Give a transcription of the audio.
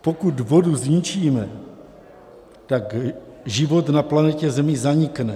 Pokud vodu zničíme, tak život na planetě Zemi zanikne.